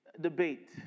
debate